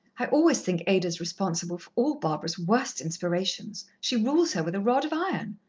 i always think ada is responsible for all barbara's worst inspirations. she rules her with a rod of iron.